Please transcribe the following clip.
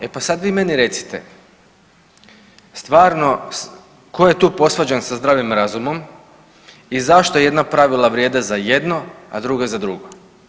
E pa sad vi meni recite, stvarno tko je tu posvađan s zdravim razumom i zašto jedna pravila vrijede za jedno, a druga za drugo?